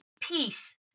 peace